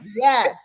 yes